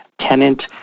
tenant